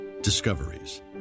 Discoveries